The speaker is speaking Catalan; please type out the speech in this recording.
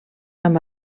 amb